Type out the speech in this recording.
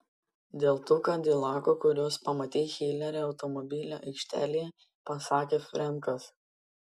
dėl tų kadilakų kuriuos pamatei hilerio automobilių aikštelėje pasakė frenkas